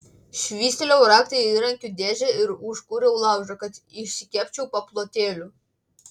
švystelėjau raktą į įrankių dėžę ir užkūriau laužą kad išsikepčiau paplotėlių